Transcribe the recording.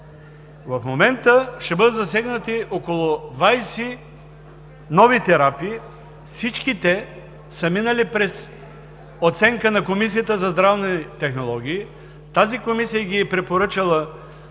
В момента ще бъдат засегнати около 20 нови терапии, всички те са минали през оценка на Комисията за здравни технологии. Тази комисия ги е препоръчала